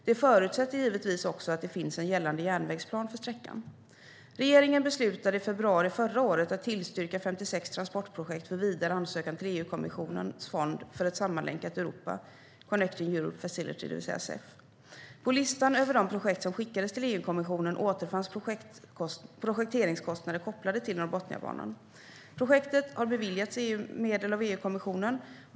Det förutsätter givetvis att det finns en gällande järnvägsplan för sträckan. Regeringen beslutade i februari förra året att tillstyrka 56 transportprojekt för vidare ansökan till EU-kommissionens fond för ett sammanlänkat Europa, Connecting Europe Facility, alltså CEF. På listan över de projekt som skickades till EUkommissionen återfanns projekteringskostnader kopplade till Norrbotniabanan. Projektet har beviljats medel av EUkommissionen.